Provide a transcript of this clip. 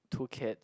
two kids